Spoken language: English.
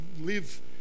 live